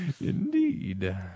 Indeed